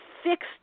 fixed